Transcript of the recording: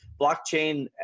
blockchain